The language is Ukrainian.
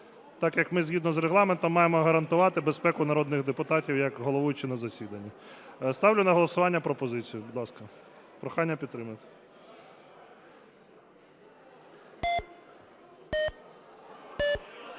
так як ми згідно з Регламентом маємо гарантувати безпеку народних депутатів як головуючі на засіданні. Ставлю на голосування пропозицію. Будь ласка, прохання підтримати.